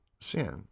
sin